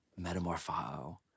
metamorpho